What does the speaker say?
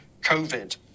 COVID